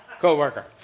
co-worker